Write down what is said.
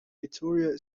vittoria